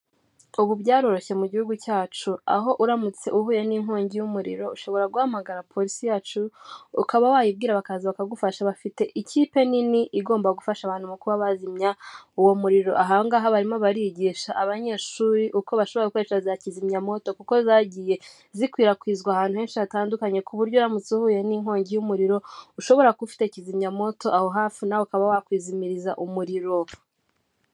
Ubu byaroroshye mu gihugu cyacu, aho uramutse uhuye n'inkongi y'umuriro, ushobora guhamagara polisi yacu, ukaba wayibwira bakaza bakagufasha. Bafite ikipe nini igomba gufasha abantu mu kuba bazimya uwo muriro. Aha ngaha barimo barigisha abanyeshuri uko bashobora gukoresha za kizimyamwoto kuko zagiye zikwirakwizwa ahantu henshi hatandukanye, ku buryo uramutse uhuye n'inkongi y'umuriro, ushobora kuba ufite kizimyamwoto aho hafi nawe ukaba wakwizimiriza umuriro.